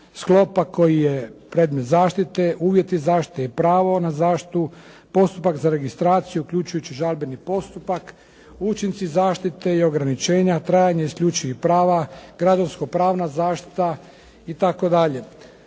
sklopa koji je predmet zaštite, uvjeti zaštite i pravo na zaštitu, postupak za registraciju uključujući žalbeni postupak, učinci zaštite i ograničenja, trajanje isključivih pravo, građansko-pravna zaštita itd.